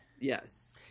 Yes